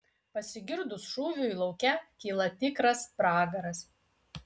pasigirdus šūviui lauke kyla tikras pragaras